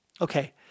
Okay